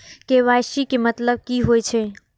KYC के मतलब कि होई छै?